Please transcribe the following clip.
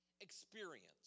experience